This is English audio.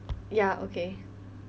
ya okay